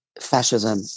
fascism